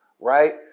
right